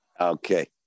Okay